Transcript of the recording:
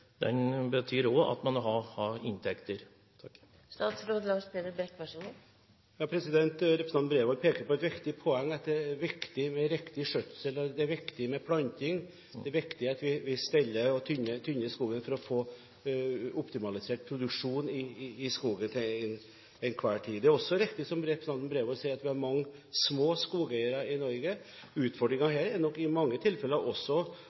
den er i dag, med riktig skogskjøtsel. Men riktig skogskjøtsel betyr også at man har inntekter. Representanten Bredvold peker på et viktig poeng. Det er viktig med riktig skjøtsel, det er viktig med planting, og det er viktig at vi steller og tynner skogen for å få optimalisert produksjonen i skogen til enhver tid. Det er også riktig, som representanten Bredvold sier, at vi har mange små skogeiere i Norge. Utfordringen her er nok i mange tilfeller også